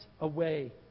away